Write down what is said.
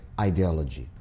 ideology